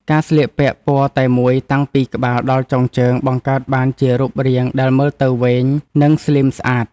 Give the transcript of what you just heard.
ការស្លៀកពាក់ពណ៌តែមួយតាំងពីក្បាលដល់ចុងជើងបង្កើតបានជារូបរាងដែលមើលទៅវែង និងស្លីមស្អាត។